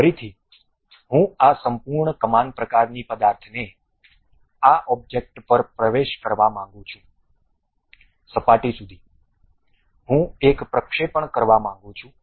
ફરીથી હું આ સંપૂર્ણ કમાન પ્રકારની પદાર્થને આ ઓબ્જેક્ટ પર પ્રવેશ કરવા માંગું છું સપાટી સુધી હું એક પ્રક્ષેપણ કરવા માંગુ છું